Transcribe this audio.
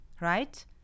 right